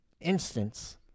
instance